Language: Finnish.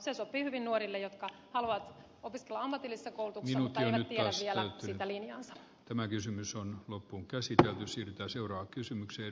se sopii hyvin nuorille jotka haluavat opiskella ammatillisessa koulutuksessa mutta jos jalan väliin ja tämä kysymys eivät tiedä vielä sitä linjaansa